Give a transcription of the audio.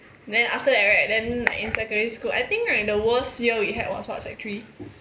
then after that right then in secondary school I think like the worse year we had was what sec three